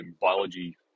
biology